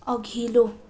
अघिल्लो